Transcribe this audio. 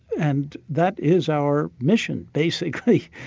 and that is our mission, basically.